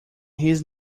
his